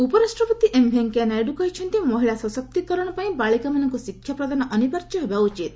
ନାଇଡୁ ଉପରାଷ୍ଟ୍ରପତି ଏମ୍ ଭେଙ୍କୟା ନାଇଡୁ କହିଛନ୍ତି ମହିଳା ସଶକ୍ତିକରଣ ପାଇଁ ବାଳିକାମାନଙ୍କୁ ଶିକ୍ଷା ପ୍ରଦାନ ଅନିବାର୍ଯ୍ୟ ହେବା ଉଚିତ୍